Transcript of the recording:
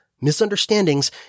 misunderstandings